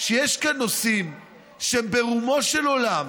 שיש כאן נושאים שהם ברומו של עולם,